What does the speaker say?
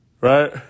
right